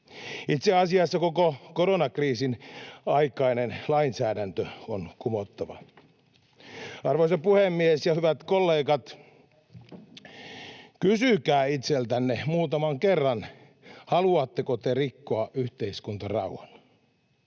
Itse asiassa koko koronakriisin aikainen lainsäädäntö on kumottava. Arvoisa puhemies ja hyvät kollegat! Kysykää itseltänne muutaman kerran, haluatteko te rikkoa yhteiskuntarauhan.